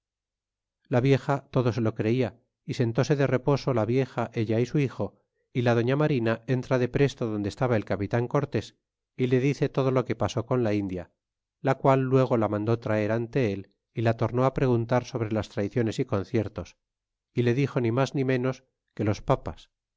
la vieja todo se lo creia y sentse de reposo la vieja ella y su hijo y la doña marina entra depresto donde estaba el capitan cortés y le dice todo lo que pasó con la india la qual luego la mandó traer ante él y la tomó preguntar sobre las traiciones y conciertos y le dixo ni mas ni menos que los papas